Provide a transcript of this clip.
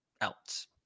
else